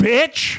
Bitch